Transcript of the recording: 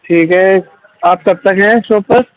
ٹھیک ہے آپ کب تک ہیں شاپ پر